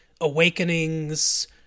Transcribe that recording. Awakenings